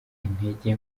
intege